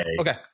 okay